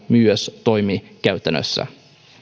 toimii myös käytännössä